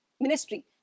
ministry